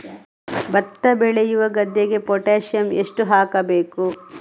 ಭತ್ತ ಬೆಳೆಯುವ ಗದ್ದೆಗೆ ಪೊಟ್ಯಾಸಿಯಂ ಎಷ್ಟು ಹಾಕಬೇಕು?